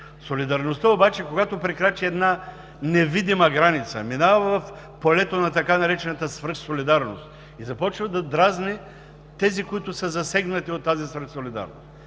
Солидарността обаче, когато прекрачи една невидима граница, минава в полето на така наречената свръх солидарност и започва да дразни тези, които са засегнати от тази свръх солидарност.